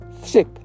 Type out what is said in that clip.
sick